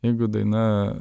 jeigu daina